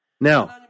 Now